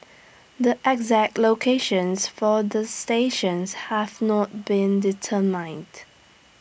the exact locations for the stations have not been determined